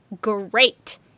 great